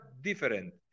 different